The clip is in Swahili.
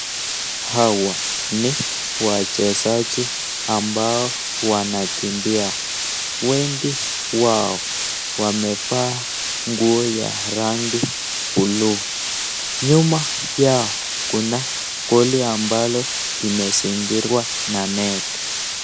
Hawa ni wachezaji ambao wanakimbia. Wengi wao wamevaa nguo ya rangi buluu. Nyuma yao kuna goli ambalo imezingirwa na neti.